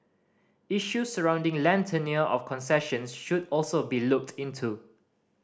issues surrounding land tenure of concessions should also be looked into